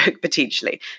potentially